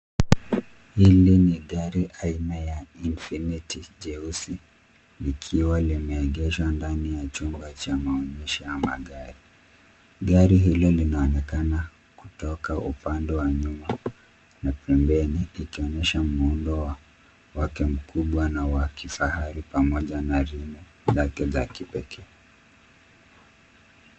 Hili ni gari aina ya Infinity jeusi likiwa limeegeshwa ndani ya chumba cha maonyesho ya magari. gari hili linaonekana kutoka upande wa nyuma na pembeni ikionyesha muundo wake mkubwa na wa kifahari pamoja na rimu zake za kipekee.